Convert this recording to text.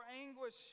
anguish